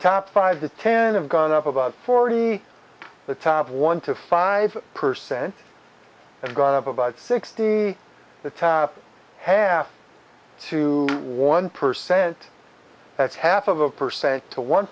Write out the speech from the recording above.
top five to ten have gone up about forty the top one to five percent have gone up about sixty the top half to one percent as half of a percent to one